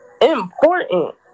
important